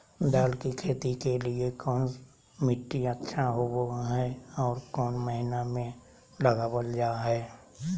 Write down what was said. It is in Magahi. दाल की खेती के लिए कौन मिट्टी अच्छा होबो हाय और कौन महीना में लगाबल जा हाय?